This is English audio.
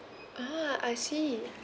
ah I see